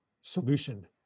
solution